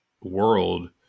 world